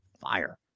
fire